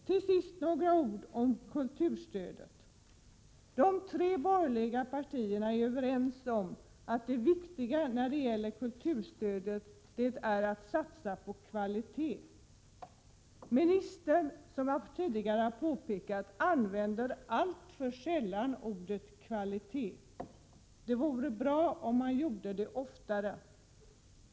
Till sist några ord om kulturstödet. De tre borgerliga partierna är överens om att det viktiga i fråga om kulturstödet är att satsa på kvalitet. Men ministern använder, som jag tidigare påpekat, alltför sällan ordet ”kvalitet”. Det vore bra om han gjorde det oftare.